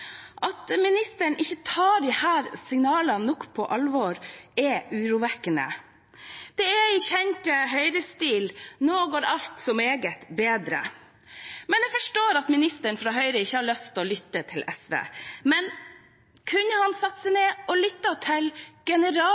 At statsråden ikke tar disse signalene nok på alvor, er urovekkende. Det er i kjent Høyre-stil – nå går alt så meget bedre. Jeg forstår at statsråden fra Høyre ikke har lyst til å lytte til SV, men kunne han ha satt seg ned og lyttet til